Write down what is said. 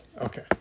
Okay